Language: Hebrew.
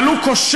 אבל הוא קושר